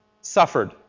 suffered